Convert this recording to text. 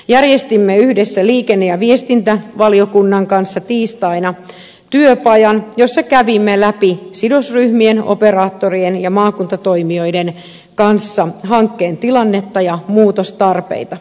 järjestimme yhdessä liikenne ja viestintävaliokunnan kanssa tiistaina työpajan jossa kävimme läpi sidosryhmien operaattorien ja maakuntatoimijoiden kanssa hankkeen tilannetta ja muutostarpeita